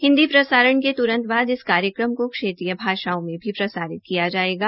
हिन्दी प्रसारण के तुरंत बाद इस कार्यक्रम को क्षेत्रीय भाषाओं में भी प्रसारित किया जायेगा